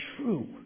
true